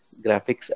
graphics